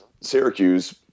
Syracuse